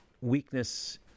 weakness